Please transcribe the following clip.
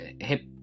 hip